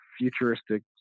Futuristic